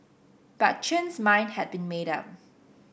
but Chen's mind had been made up